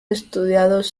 estudiados